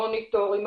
מוניטורים,